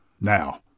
Now